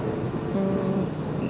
um